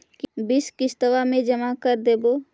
बिस किस्तवा मे जमा कर देवै?